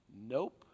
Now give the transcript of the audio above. Nope